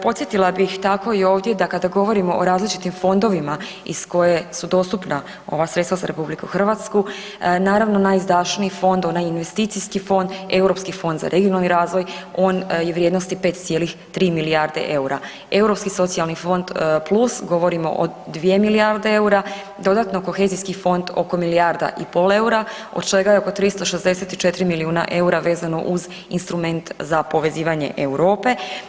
Podsjetila bih tako i ovdje da kada govorimo o različitim fondovima iz koje su dostupna ova sredstva za RH naravno najizdašniji fond onaj investicijski fond, Europski fond za regionalni razvoj, on je vrijednosti 5,3 milijarde EUR-a, Europski socijalni fond plus govorimo o 2 milijarde EUR-a, dodatno Kohezijski fond oko 1,5 milijarda EUR-a od čega je oko 364 milijuna EUR-a vezano uz instrument za povezivanje Europe.